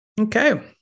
Okay